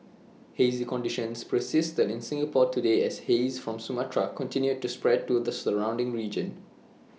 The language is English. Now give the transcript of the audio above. hazy conditions persisted in Singapore today as haze from Sumatra continued to spread to the surrounding region